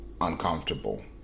uncomfortable